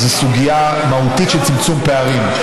זו סוגיה מהותית של צמצום פערים,